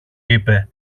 είπε